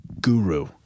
guru